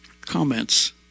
Comments